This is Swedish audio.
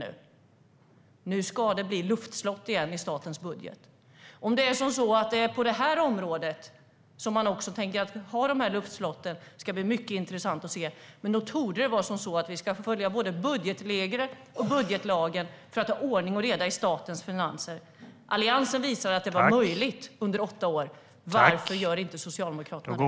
Nu ska det bli luftslott igen i statens budget. Om man tänker ha de luftslotten även på det här området ska bli mycket intressant att se. Men nog torde det vara så att vi ska följa både budgetregler och budgetlagen för att ha ordning och reda i statens finanser. Alliansen visade att det var möjligt under åtta år. Varför gör inte Socialdemokraterna det?